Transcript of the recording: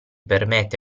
permette